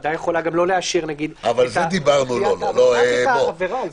הוועדה יכולה גם לא לאשר רק את העבירה.